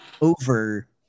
over